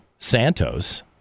santos